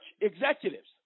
executives